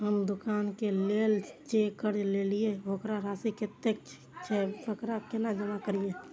हम दुकान के लेल जे कर्जा लेलिए वकर राशि कतेक छे वकरा केना जमा करिए?